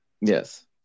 Yes